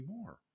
more